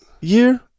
year